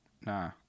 Nah